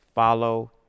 follow